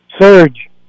Surge